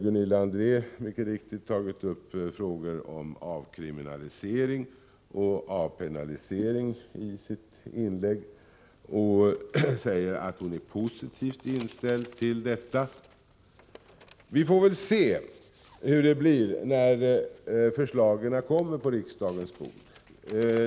Gunilla André har i sitt inlägg tagit upp frågor om avkriminalisering och avpenalisering och sagt att hon är positivt inställd till det. Vi får väl se hur det blir när förslagen kommer på riksdagens bord.